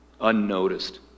unnoticed